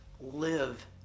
Live